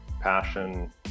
passion